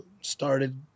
started